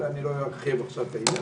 ולא ארחיב עכשיו על העניין.